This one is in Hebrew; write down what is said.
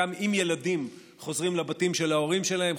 חלקם עם ילדים חוזרים לבתים של ההורים שלהם,